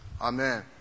Amen